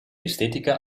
estetica